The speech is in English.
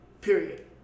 period